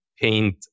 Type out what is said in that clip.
paint